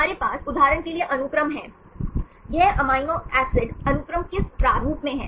हमारे पास उदाहरण के लिए अनुक्रम है यह अमीनो एसिड अनुक्रम किस प्रारूप में है